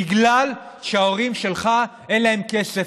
בגלל שלהורים שלך אין כסף.